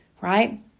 right